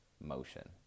motion